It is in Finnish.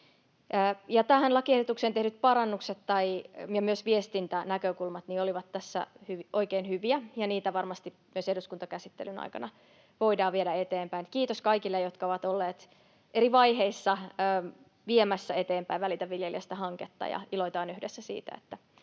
lakiehdotukseen tehdyt parannukset ja myös viestintänäkökulmat olivat tässä oikein hyviä, ja niitä varmasti myös eduskuntakäsittelyn aikana voidaan viedä eteenpäin. Kiitos kaikille, jotka ovat olleet eri vaiheissa viemässä eteenpäin Välitä viljelijästä ‑hanketta. Iloitaan yhdessä siitä,